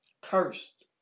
Cursed